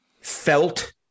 felt